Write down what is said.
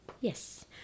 Yes